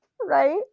Right